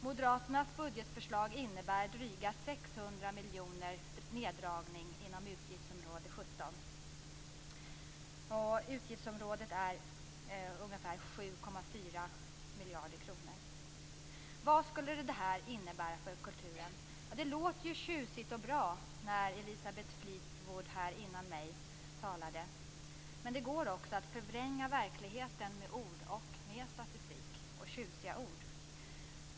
Moderaternas budgetförslag innebär drygt 600 miljoner i neddragning inom utgiftsområde 17, som är ungefär 7,4 miljarder kronor. Vad skulle det innebära för kulturen? Det lät tjusigt och bra när Elisabeth Fleetwood talade här före mig, men det går också att förvränga verkligheten med tjusiga ord och statistik.